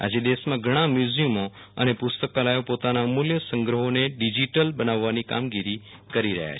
આજે દેશમાં ઘણાં મ્યૂઝીયમો અને પુસ્તકાલયો પોતાના અમૂલ્ય સંગ્રહોને ડિજીટલ બનાવવાની કામગીરીકરી રહ્યા છે